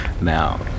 Now